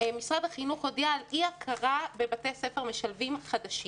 משרד החינוך הודיע על אי הכרה בבתי-ספר משלבים חדשים.